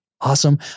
Awesome